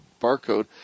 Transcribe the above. barcode